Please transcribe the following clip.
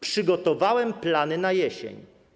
Przygotowałem plany na jesień.